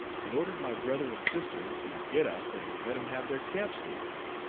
and ordered my brother and sister to get up and let him have their camp-stools,